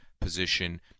position